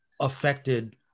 affected